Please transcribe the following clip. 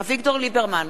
אביגדור ליברמן,